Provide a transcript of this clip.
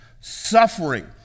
Suffering